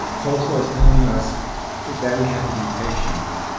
tolstoy is telling us that we have to be patient.